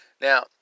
Now